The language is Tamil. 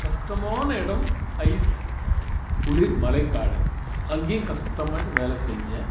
கஷ்டமான இடம் ஐஸ் குளிர் மலை காடு அங்கேயும் கஷ்டமாய்விட்டு வேலை செஞ்சேன்